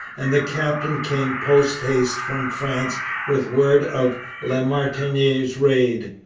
and the captain came post-haste from france with word of la martiniere's raid.